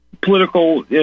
political